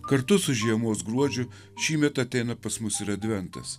kartu su žiemos gruodžiu šįmet ateina pas mus ir adventas